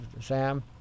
Sam